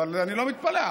אבל אני לא מתפלא,